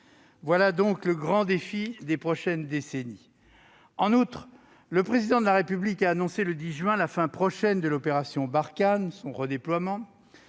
Voilà donc le grand défi des prochaines décennies. En outre, le Président de la République a annoncé le 10 juin dernier la fin prochaine- plus exactement, le redéploiement